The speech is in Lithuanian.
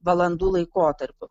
valandų laikotarpiu